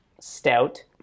stout